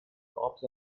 cops